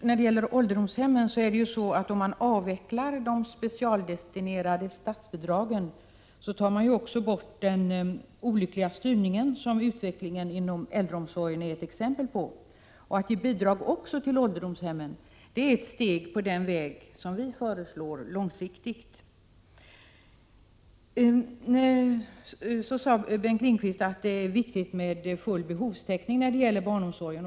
När det gäller ålderdomshemmen är det ju så att om man avvecklar de specialdestinerade statsbidragen får man också bort den olyckliga styrning som utvecklingen inom äldreomsorgen är ett exempel på. Att ge bidrag även till ålderdomshemmen är att ta ett steg på den väg som vi långsiktigt föreslår. Bengt Lindqvist sade att det är viktigt med full behovstäckning när det gäller barnomsorgen.